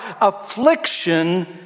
Affliction